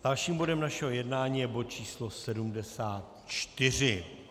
Dalším bodem našeho jednání je bod číslo 74.